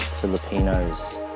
Filipinos